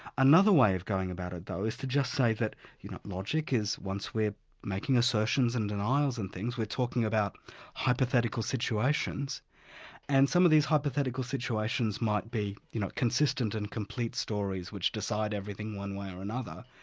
another way of going about it though, is to just say that you know logic is once we're making assertions and denials and things, we're talking about hypothetical situations and some of these hypothetical situations might be you know consistent and complete stories which decide everything one way or another,